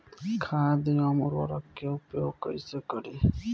खाद व उर्वरक के उपयोग कईसे करी?